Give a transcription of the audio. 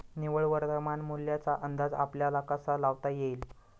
निव्वळ वर्तमान मूल्याचा अंदाज आपल्याला कसा लावता येईल?